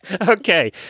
Okay